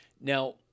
Now